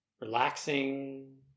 Relaxing